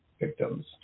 victims